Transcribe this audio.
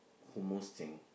hummus thing